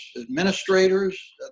administrators